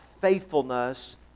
faithfulness